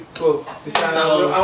cool